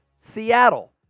Seattle